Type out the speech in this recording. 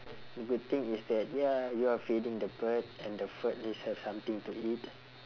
a good thing is that ya you are feeding the bird and the bird is have something to eat